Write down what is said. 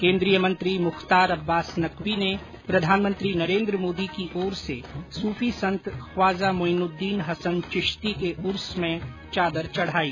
केन्द्रीय मंत्री मुख्तार अब्बास नकवी ने प्रधानमंत्री नरेन्द्र मोदी की ओर से सूफी संत ख्वाजा मोइनुददीन हसन चिश्ती के उर्स में चादर चढाई